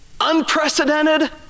unprecedented